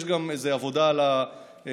יש גם איזו עבודה על המחירים,